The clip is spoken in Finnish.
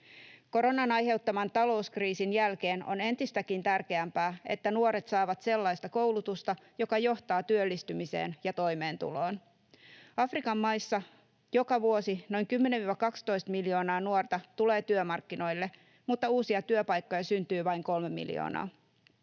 Koronan aiheuttaman talouskriisin jälkeen on entistäkin tärkeämpää, että nuoret saavat sellaista koulutusta, joka johtaa työllistymiseen ja toimeentuloon. Afrikan maissa joka vuosi työmarkkinoille tulee noin 10–12 miljoonaa nuorta mutta uusia työpaikkoja syntyy vain 3 miljoonaa.